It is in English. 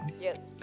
Yes